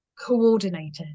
coordinated